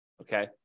Okay